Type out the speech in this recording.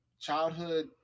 childhood